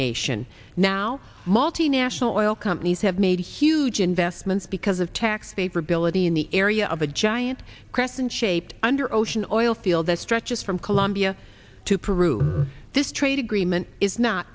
nation now multinational oil companies have made huge investments because of tax favor ability in the area of a giant crescent shaped under ocean or oil field that stretches from colombia to peruse this trade agreement is not